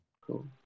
Cool